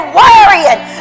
worrying